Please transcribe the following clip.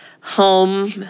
home